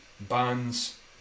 bands